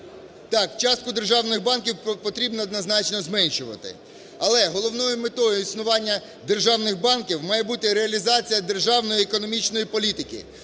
Так, частку державних банків потрібно однозначно зменшувати. Але головною метою існування державних банків має бути реалізація державної економічної політики.